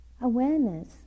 Awareness